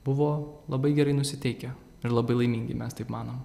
buvo labai gerai nusiteikę ir labai laimingi mes taip manom